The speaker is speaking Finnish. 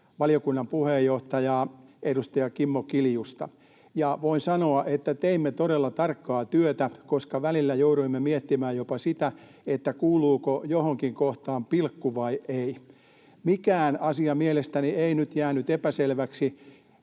valiokunnan puheenjohtajaa, edustaja Kimmo Kiljusta. Voin sanoa, että teimme todella tarkkaa työtä, koska välillä jouduimme miettimään jopa sitä, että kuuluuko johonkin kohtaan pilkku vai ei. Mikään asia mielestäni ei nyt jäänyt epäselväksi.